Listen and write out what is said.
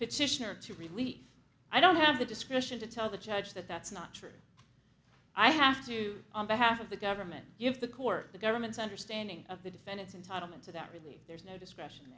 petitioner to relief i don't have the discretion to tell the judge that that's not true i have to on behalf of the government give the court the government's understanding of the defendants in total and so that really there's no discretion